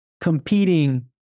competing